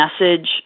message